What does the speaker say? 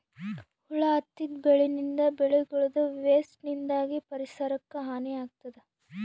ಹುಳ ಹತ್ತಿದ್ ಬೆಳಿನಿಂತ್, ಬೆಳಿಗಳದೂ ವೇಸ್ಟ್ ನಿಂದಾಗ್ ಪರಿಸರಕ್ಕ್ ಹಾನಿ ಆಗ್ತದ್